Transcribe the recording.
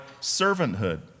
servanthood